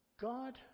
God